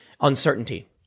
uncertainty